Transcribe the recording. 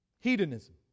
Hedonism